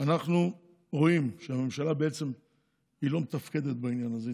רואים שהממשלה לא מתפקדת בעניין הזה,